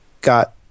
got